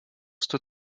sto